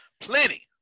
Plenty